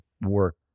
work